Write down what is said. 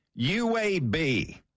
UAB